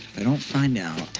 i don't find out,